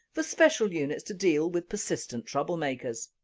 for special units to deal with persistent troublemakers.